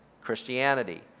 Christianity